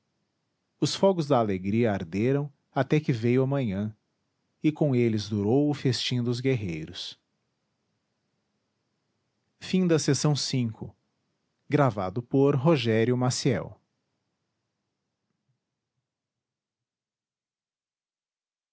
os fogos da alegria arderam até que veio a manhã e com eles durou o festim dos guerreiros a